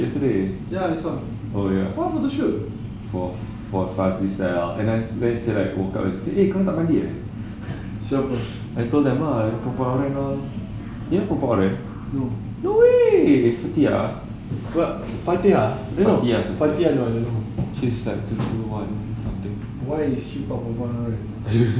ya I saw what photoshoot siapa no what fatehah fatiah no I don't know why is she two two one